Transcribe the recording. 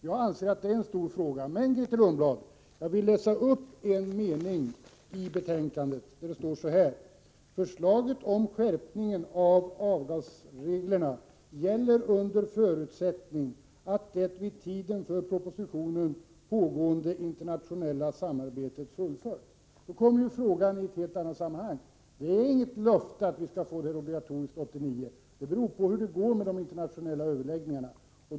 Jag anser att det är en stor fråga, och jag vill läsa upp en mening i betänkandet, där det står så här: ”Förslaget om skärpning av avgasreglerna gäller under förutsättning av att det vid tiden för propositionen pågående internationella samarbetet fullföljs.” Därmed kommer ju frågan in i ett helt annat sammanhang. Det är inget löfte att vi skall få obligatorisk avgasrening 1989, utan det beror på hur det går med de internationella överläggningarna.